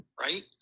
right